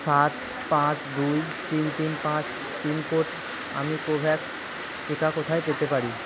সাত পাঁচ দুই তিন তিন পাঁচ পিন কোড আমি কোভ্যাক্স টিকা কোথায় পেতে পারি